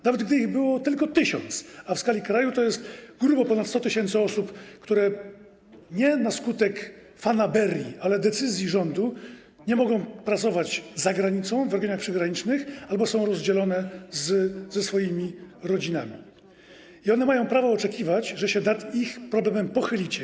Nawet gdyby ich było tylko tysiąc, a w skali kraju to jest grubo ponad 100 tys. osób, które nie na skutek fanaberii, ale decyzji rządu nie mogą pracować za granicą w regionach przygranicznych albo są rozdzielone ze swoimi rodzinami, miałyby one prawo oczekiwać, że się nad ich problemem pochylicie.